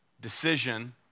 decision